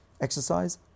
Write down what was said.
Exercise